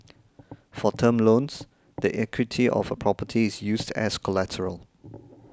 for term loans the equity of a property is used as collateral